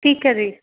ਠੀਕ ਹੈ ਜੀ